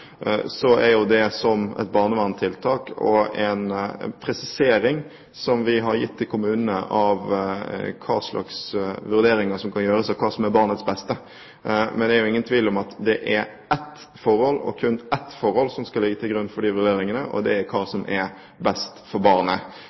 er jo det som et barnevernstiltak og en presisering som vi har gitt til kommunene med tanke på hvilke vurderinger som kan gjøres av hva som er barnets beste. Men det er jo ingen tvil om at det er ett forhold, kun ett forhold som skal ligge til grunn for de vurderingene, og det er hva som er best for barnet!